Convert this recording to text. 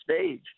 stage